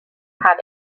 had